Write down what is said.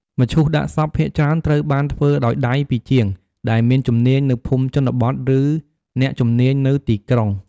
មឈូសដាក់សពភាគច្រើនត្រូវបានធ្វើដោយដៃពីជាងដែលមានជំនាញនៅភូមិជនបទ ឬអ្នកជំនាញនៅទីក្រុង។